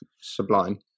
sublime